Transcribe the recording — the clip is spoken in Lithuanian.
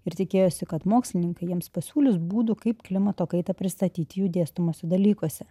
ir tikėjosi kad mokslininkai jiems pasiūlys būdų kaip klimato kaitą pristatyti jų dėstomuose dalykuose